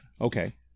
Okay